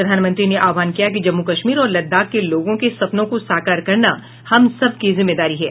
प्रधानमंत्री ने आहवान किया कि जम्मू कश्मीर और लद्दाख के लोगों के सपनों को साकार करना हम सबकी जिम्मेदारी है